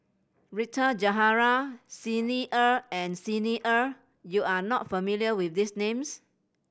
Rita Zahara Xi Ni Er and Xi Ni Er you are not familiar with these names